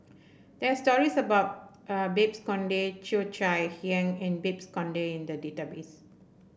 there are stories about uh Babes Conde Cheo Chai Hiang and Babes Conde in the database